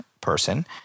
person